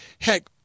heck